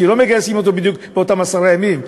כי לא מגייסים אותו בדיוק באותם עשרה ימים.